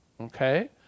Okay